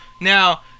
Now